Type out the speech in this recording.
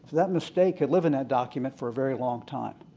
that mistake can live in that document for a very long time.